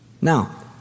Now